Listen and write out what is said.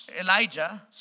Elijah